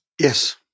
Yes